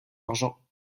argent